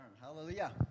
Hallelujah